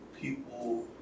people